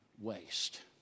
waste